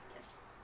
Yes